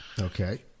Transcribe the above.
Okay